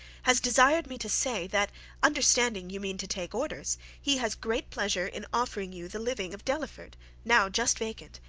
has desired me to say, that understanding you mean to take orders, he has great pleasure in offering you the living of delaford now just vacant,